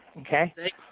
Okay